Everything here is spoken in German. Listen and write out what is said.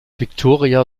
viktoria